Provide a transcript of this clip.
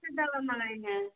दवा मंगाई है